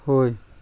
ꯍꯣꯏ